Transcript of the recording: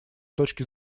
точки